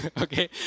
okay